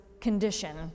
condition